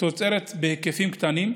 תוצרת בהיקפים קטנים.